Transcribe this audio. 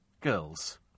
girls